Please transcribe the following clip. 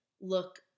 look